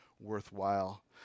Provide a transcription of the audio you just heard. worthwhile